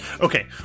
Okay